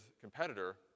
competitor